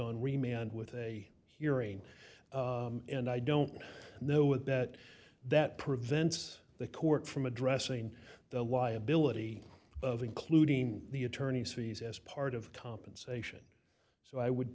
remained with a hearing and i don't know what that that prevents the court from addressing the liability of including the attorneys fees as part of compensation so i would